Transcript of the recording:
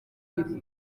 imbere